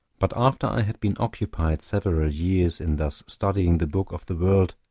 but after i had been occupied several years in thus studying the book of the world,